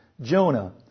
Jonah